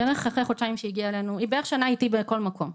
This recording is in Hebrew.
בערך אחרי חודשיים שהיא הגיעה אלינו היא בערך שנה איתי בכל מקום,